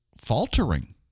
faltering